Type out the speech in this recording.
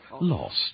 lost